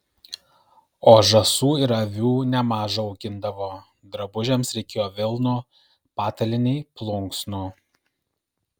o žąsų ir avių nemaža augindavo drabužiams reikėjo vilnų patalynei plunksnų